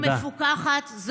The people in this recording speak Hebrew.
ומפוקחת.